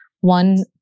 one